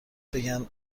بگن